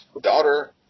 daughter